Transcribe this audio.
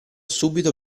subito